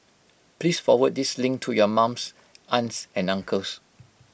please forward this link to your mums aunts and uncles